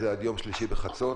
עד יום שלישי בחצות